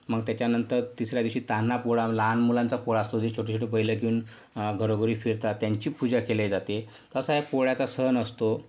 मग त्याच्यानंतर तिसऱ्या दिवशी तान्हा पोळा लहान मुलांचा पोळा असतो जे छोटी छोटी बैलं घेऊन घरोघरी फिरतात त्यांची पूजा केल्या जाते तर असा एक पोळ्याचा सण असतो